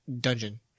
dungeon